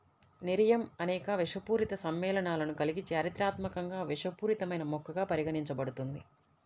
nerium అనేక విషపూరిత సమ్మేళనాలను కలిగి చారిత్రాత్మకంగా విషపూరితమైన మొక్కగా పరిగణించబడుతుంది